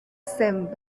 same